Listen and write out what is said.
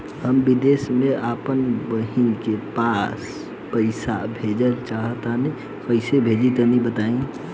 हम विदेस मे आपन बहिन के पास पईसा भेजल चाहऽ तनि कईसे भेजि तनि बताई?